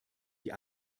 die